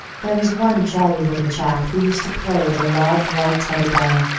there was one jolly little chap who used to play with a large white teddy bear.